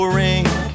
ring